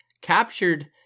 captured